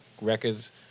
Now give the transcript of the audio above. Records